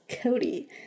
Cody